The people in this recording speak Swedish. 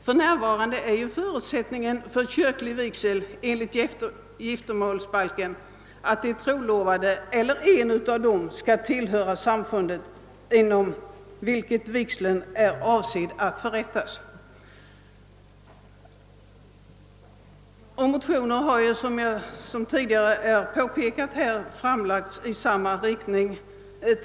För närvarande är nämligen förutsättningen för kyrklig vigsel enligt giftermålsbalken den, att båda de trolovade eller en av dem skall tillhöra det samfund inom vilket vigseln är avsedd att förrättas. Motioner i ärendet har redan tidigare, såsom påpekats här, framlagts i denna riktning.